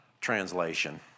translation